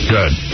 Good